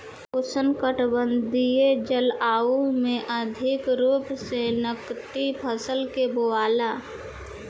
उष्णकटिबंधीय जलवायु में अधिका रूप से नकदी फसल के बोआला